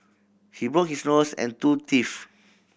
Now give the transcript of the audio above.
he broke his nose and two teeth